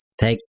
Take